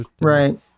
right